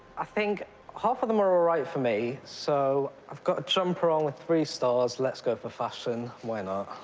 i think half of them are all right for me, so i've got a jumper on with three stars let's go for fashion. why not?